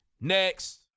Next